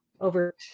over